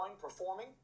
performing